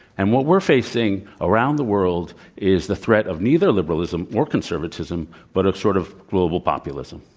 and what we're facing around the world is the threat of neither liberalism or conservatism, but of sort of global populism.